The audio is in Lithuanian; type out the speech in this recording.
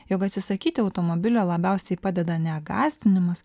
jog atsisakyti automobilio labiausiai padeda ne gąsdinimas